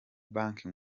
banki